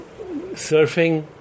surfing